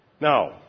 Now